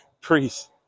priests